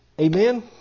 Amen